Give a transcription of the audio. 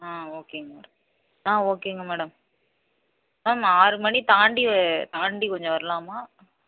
ஆ ஓகேங்க மேடம் ஆ ஓகேங்க மேடம் மேம் ஆறு மணி தாண்டி தாண்டி கொஞ்சம் வரலாமா